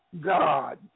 God